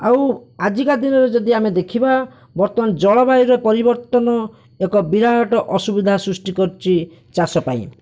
ଆଉ ଆଜିକା ଦିନରେ ଯଦି ଆମେ ଦେଖିବା ବର୍ତ୍ତମାନ ଜଳବାୟୁରେ ପରିବର୍ତ୍ତନ ଏକ ବିରାଟ ଅସୁବିଧା ସୃଷ୍ଟି କରୁଛି ଚାଷ ପାଇଁ